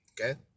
okay